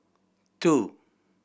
two